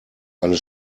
eine